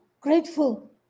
grateful